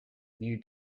new